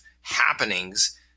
happenings